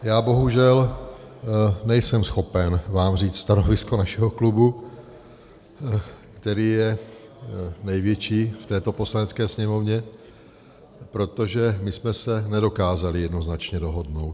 Já bohužel nejsem schopen vám říct stanovisko našeho klubu, který je největší v této Poslanecké sněmovně, protože my jsme se nedokázali jednoznačně dohodnout.